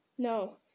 No